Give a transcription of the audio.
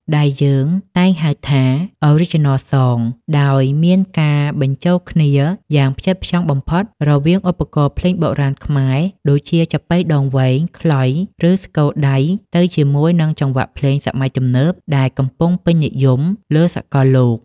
ដែលយើងតែងហៅថា Original Songs ដោយមានការបញ្ចូលគ្នាយ៉ាងផ្ចិតផ្ចង់បំផុតរវាងឧបករណ៍ភ្លេងបុរាណខ្មែរ ដូចជាចាប៉ីដងវែង ខ្លុយ ឬស្គរដៃ ទៅជាមួយនឹងចង្វាក់ភ្លេងសម័យទំនើបដែលកំពុងពេញនិយមលើសកលលោក។